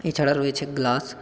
এছাড়া রয়েছে গ্লাস